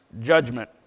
judgment